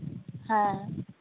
হ্যাঁ